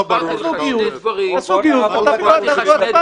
תעשו גיוס ותעשו הצבעה.